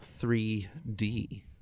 3D